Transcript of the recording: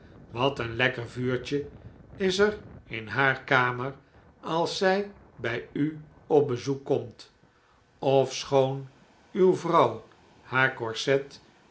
wat een lekker vuurtje is er in haar kamer als zij bij u op bezoek komt ofschoon uw vrouw haar corset